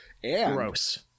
Gross